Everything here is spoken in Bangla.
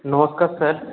নমস্কার স্যার